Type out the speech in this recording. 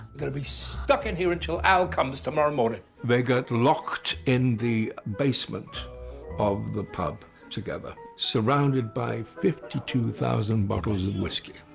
gonna be stuck in here until al comes tomorrow morning. they get locked in the basement of the pub together, surrounded by fifty two thousand bottles of whiskey.